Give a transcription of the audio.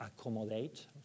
accommodate